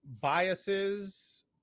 Biases